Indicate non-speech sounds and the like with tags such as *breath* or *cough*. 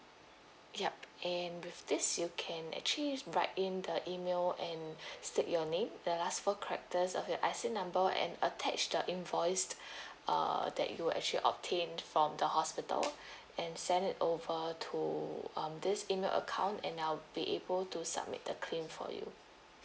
ya and with this you can actually write in the email and *breath* state your name the last four characters of your I_C number and attached the invoice *breath* uh that you actually obtained from the hospital *breath* and send it over to um this email account and I'll be able to submit the claim for you